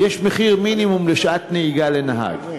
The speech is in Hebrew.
יש מחיר מינימום לשעת נהיגה לנהג.